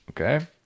Okay